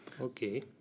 Okay